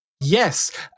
Yes